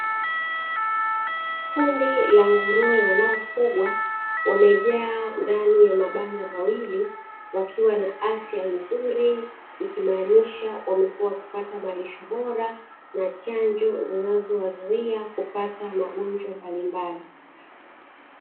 kundi la nguruwe wanaofugwa wamejaa ndani ya mabanda mawili, ikiwa na afya nzuri ikimaanisha wamekuwa wakipata malisho bora na chanjo zinazowazuia kupata magonjwa mbalimbali.